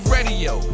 Radio